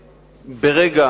אותם בתי-ספר, ברגע